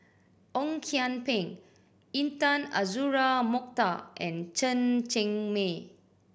Ong Kian Peng Intan Azura Mokhtar and Chen Cheng Mei